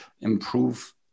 improve